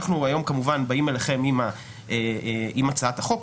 היום אנחנו באים אליכם עם הצעת החוק,